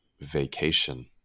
vacation